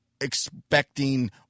expecting